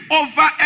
over